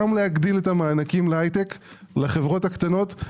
גם להגדיל את המענקים להייטק לחברות הקטנות,